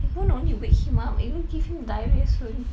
it won't only wake him up it will give him diarrhoea soon